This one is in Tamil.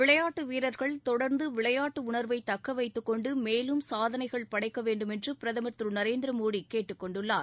விளையாட்டு வீரர்கள் தொடர்ந்து விளையாட்டு உணர்வை தக்க வைத்துக் கொண்டு மேலும் சாதனைகள் படைக்க வேண்டுமென்று பிரதமர் திரு நரேந்திர மோடி கேட்டுக் கொண்டுள்ளார்